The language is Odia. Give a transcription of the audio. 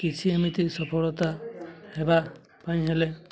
କିଛି ଏମିତି ସଫଳତା ହେବା ପାଇଁ ହେଲେ